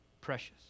Precious